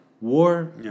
war